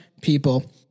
people